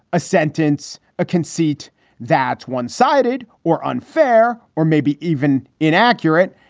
a sentence, a conceit that's one sided or unfair. or maybe even inaccurate.